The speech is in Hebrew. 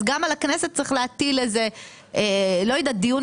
אז גם על הכנסת צריך להטיל איזה דיון